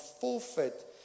forfeit